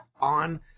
on